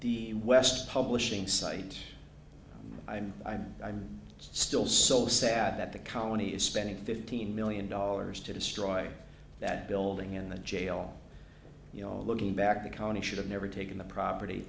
the west publishing site i'm i'm i'm still so sad that the colony is spending fifteen million dollars to destroy that building in the jail looking back the county should have never taken the property